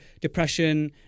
depression